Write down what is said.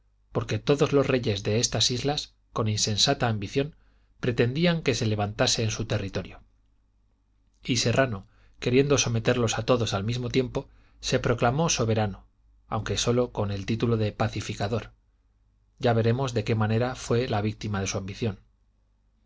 porque todos los reyes de estas islas con insensata ambición pretendían que se levantase en su territorio y serrano queriendo someterlos a todos al mismo tiempo se proclamó soberano aunque sólo con el título de pacificador ya veremos de qué manera fué la víctima de su ambición